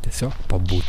tiesiog pabūti